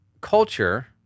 culture